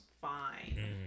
fine